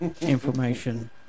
information